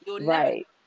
Right